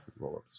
rollups